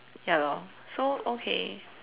ya loh so okay